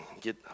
get